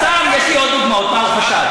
סתם, יש לי עוד דוגמאות, מה הוא חשד.